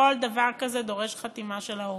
כל דבר כזה דורש חתימה של ההורה.